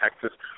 Texas